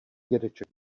dědeček